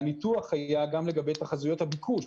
והניתוח היה גם לגבי תחזיות הביקוש.